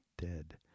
dead